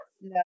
No